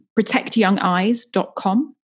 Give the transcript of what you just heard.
protectyoungeyes.com